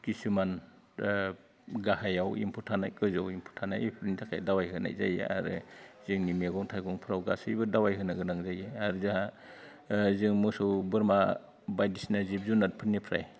किसुमान गाहायाव एम्फौ थानाय गोजौआव एम्फौ थानाय बिफोरनि थाखाय दावाइ होनाय जायो आरो जोंनि मैगं थाइगंफ्राव गासैबो दावाइ होनो गोनां जायो आरो जों मोसौ बोरमा बायदिसिना जिब जुनारफोरनिफ्राय